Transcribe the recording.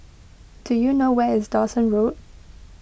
do you know where is Dawson Road